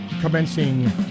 commencing